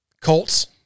Colts